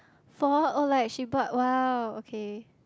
for oh like she bought !wow! okay